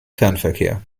fernverkehr